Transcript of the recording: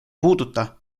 puuduta